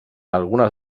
algunes